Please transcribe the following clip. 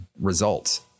results